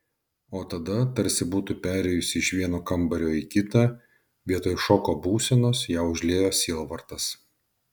o tada tarsi būtų perėjusi iš vieno kambario į kitą vietoj šoko būsenos ją užliejo sielvartas